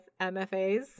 MFAs